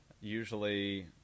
usually